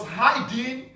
hiding